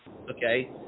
Okay